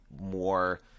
more –